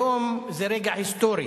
אדוני היושב-ראש,